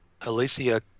Alicia